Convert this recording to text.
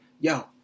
yo